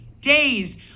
days